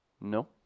No